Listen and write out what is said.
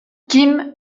kim